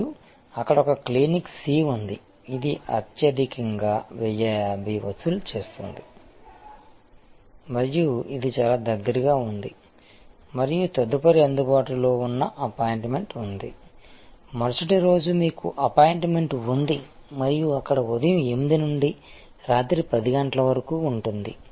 మరియు అక్కడ ఒక క్లినిక్ సి ఉంది ఇది అత్యధికంగా 1050 వసూలు చేస్తుంది మరియు ఇది చాలా దగ్గరగా ఉంది మరియు తదుపరి అందుబాటులో ఉన్న అపాయింట్మెంట్ ఉంది మరుసటి రోజు మీకు అపాయింట్మెంట్ ఉంది మరియు అక్కడ ఉదయం 8 నుండి రాత్రి 10 గంటల వరకు ఉంటుంది